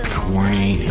corny